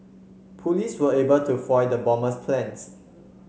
police were able to foil the bomber's plans